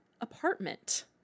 apartment